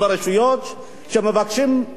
שמבקשים עזרה,